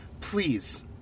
please